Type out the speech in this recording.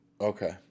Okay